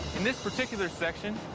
in this particular section,